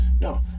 No